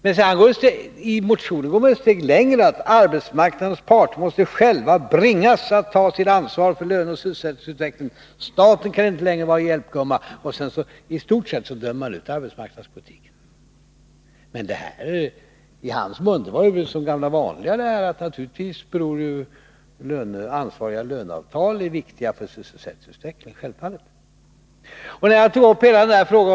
Men i motionen går man ett steg längre och säger att arbetsmarknadens parter måste själva bringas att ta sitt ansvar för löneoch sysselsättningsutvecklingen, staten kan inte längre vara hjälpgumma — och sedan dömer man i stort sett ut arbetsmarknadspolitiken. Men i Ulf Adelsohns mun är det bara det gamla vanliga att naturligtvis är ansvariga löneavtal viktiga för sysselsättningen.